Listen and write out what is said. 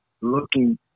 looking